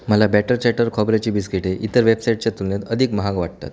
मला batter chatter खोबऱ्याची बिस्किटे इतर वेबसाईटच्या तुलनेत अधिक महाग वाटतात